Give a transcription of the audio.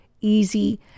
easy